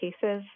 cases